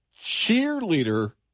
cheerleader